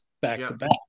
back-to-back